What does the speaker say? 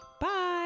Bye